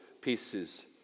pieces